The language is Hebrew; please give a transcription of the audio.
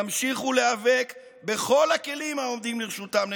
ימשיכו להיאבק נגד הדיקטטורה בכל הכלים העומדים לרשותם,